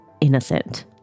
Innocent